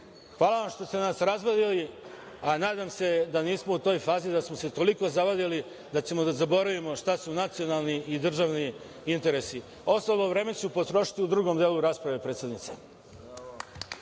hvala što ste nas razdvojili, a nadam se da nismo u toj fazi da smo se toliko zavadili da ćemo da zaboravimo šta su nacionalni i državni interesi. Ostalo vreme ću potrošiti u drugom delu rasprave, predsednice.